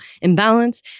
imbalance